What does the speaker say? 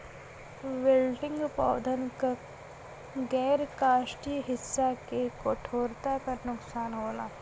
wilting पौधन क गैर काष्ठीय हिस्सा के कठोरता क नुकसान होला